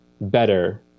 better